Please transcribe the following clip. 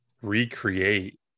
recreate